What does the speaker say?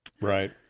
Right